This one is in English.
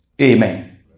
Amen